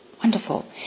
Wonderful